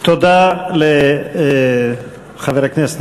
תודה רבה.